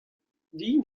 din